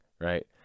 right